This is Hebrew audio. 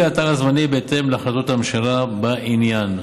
האתר הזמני בהתאם להחלטות הממשלה בעניין.